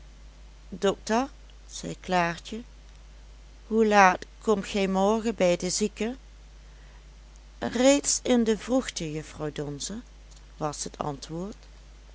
dokter zei klaartje hoe laat komt gij morgen bij de zieke reeds in de vroegte juffrouw donze was het antwoord